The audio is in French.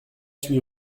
huit